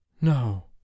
No